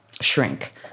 shrink